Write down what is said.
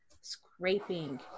scraping